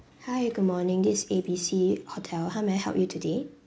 hi good morning this is A B C hotel how may I help you today